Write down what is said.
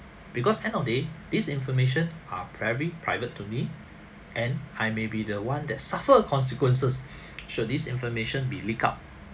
because end of day this information are very private to me and I may be the one that suffer consequences should these information be leaked out